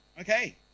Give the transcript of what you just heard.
Okay